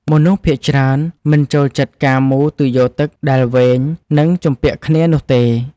មនុស្សភាគច្រើនមិនចូលចិត្តការមូរទុយោទឹកដែលវែង និងជំពាក់គ្នានោះទេ។